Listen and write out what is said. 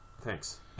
Thanks